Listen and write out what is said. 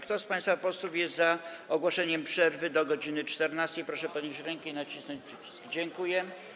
Kto z państwa posłów jest za ogłoszeniem przerwy do godz. 14, proszę podnieść rękę i nacisnąć przycisk.